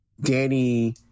Danny